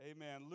Amen